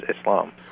Islam